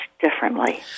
differently